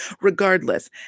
regardless